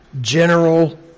general